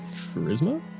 charisma